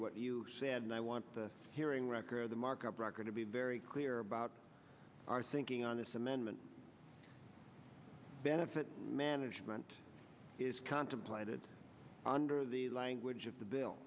what you said and i want the hearing record of the markup record to be very clear about our thinking on this amendment benefit management is contemplated under the language of the bill